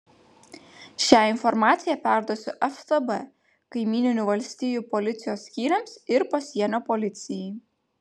šią informaciją perduosiu ftb kaimyninių valstijų policijos skyriams ir pasienio policijai